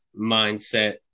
mindset